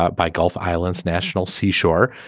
ah by gulf islands national seashore.